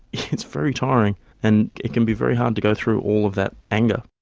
it's very tiring and it can be very hard to go through all of that anger.